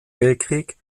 weltkrieg